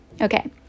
Okay